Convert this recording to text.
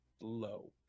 low